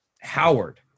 Howard